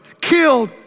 Killed